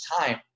time